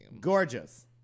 Gorgeous